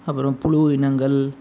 அப்புறம் புழு இனங்கள்